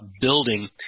building